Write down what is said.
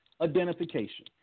identification